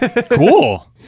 Cool